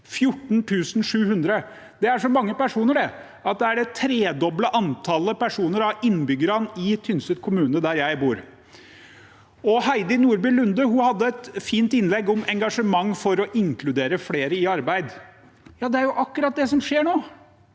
14 700. Det er så mange personer at det er en tredobling av antallet innbyggere i Tynset kommune, der jeg bor. Heidi Nordby Lunde hadde et fint innlegg om engasjement for å inkludere flere i arbeid. Ja, det er akkurat det som skjer nå.